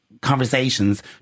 conversations